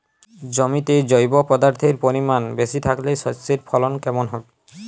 জমিতে জৈব পদার্থের পরিমাণ বেশি থাকলে শস্যর ফলন কেমন হবে?